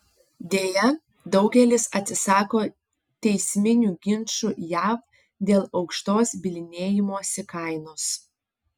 deja daugelis atsisako teisminių ginčų jav dėl aukštos bylinėjimosi kainos